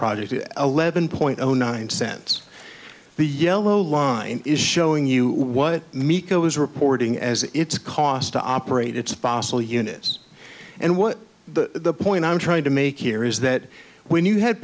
project at eleven point zero nine cents the yellow line is showing you what mika was reporting as it's cost to operate it's possible units and what the point i'm trying to make here is that when you had